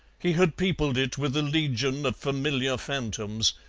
he had peopled it with a legion of familiar phantoms,